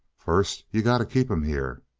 first, you got to keep him here.